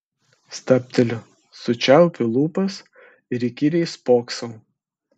stabteliu sučiaupiu lūpas ir įkyriai spoksau